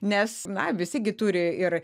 nes na visi gi turi ir